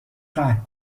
قهر